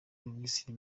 minisitiri